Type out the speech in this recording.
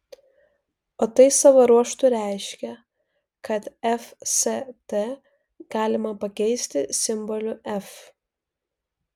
o tai savo ruožtu reiškia kad fst galima pakeisti simboliu f